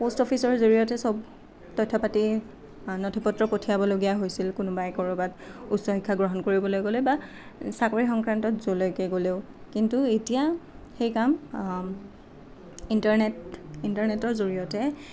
post অফিচৰ জৰিয়তে চব তথ্যপাতি নথি পত্ৰও পঠিয়াব লগা হৈছিল কোনোবাই ক'ৰবাত উচ্চ শিক্ষা গ্ৰহণ কৰিবলৈ বা চাকৰি সংক্ৰান্তীয়ত যলৈকে গ'লেও কিন্তু এতিয়া সেই কাম ইণ্টাৰনেট ইণ্টাৰনেটৰ জৰিয়তে